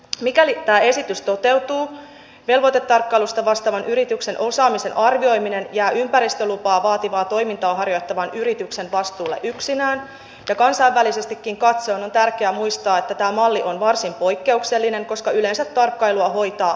mikäli tämä esitys toteutuu velvoitetarkkailusta vastaavan yrityksen osaamisen arvioiminen jää ympäristölupaa vaativaa toimintaa harjoittavan yrityksen vastuulle yksinään ja kansainvälisestikin katsoen on tärkeä muistaa että tämä malli on varsin poikkeuksellinen koska yleensä tarkkailua hoitavat viranomaiset